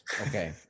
okay